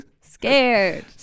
Scared